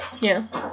Yes